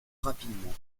rapidement